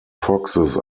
foxes